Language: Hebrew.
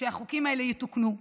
שהחוקים האלה יתוקנו,